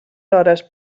hores